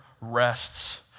rests